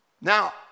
now